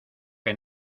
que